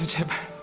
happy